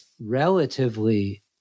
relatively